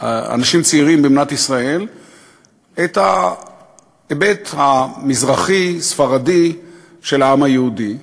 אנשים צעירים במדינת ישראל את ההיבט המזרחי-ספרדי של העם היהודי,